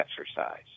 exercise